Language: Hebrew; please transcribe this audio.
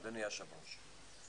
אדוני היושב-ראש.